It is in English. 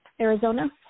Arizona